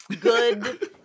Good